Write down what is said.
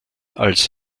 als